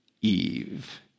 Eve